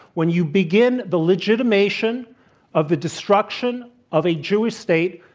when you begin the legitimation of the destruction of a jewish state,